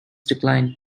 decline